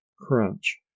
crunch